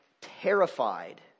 terrified